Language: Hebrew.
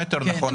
מה יותר נכון,